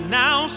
now